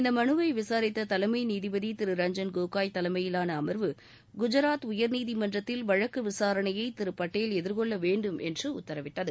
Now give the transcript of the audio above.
இந்த மனுவை விசாரித்த தலைமை நீதிபதி திரு ரஞ்ஜன் கோகோய் தலைமையிலான அம்வு குஜாத் உயர்நீதிமன்றத்தில் வழக்கு விசாரணையை திரு பட்டேல் எதிர்கொள்ளவேண்டும் என்று உத்தரவிட்டது